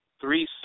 three